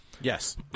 yes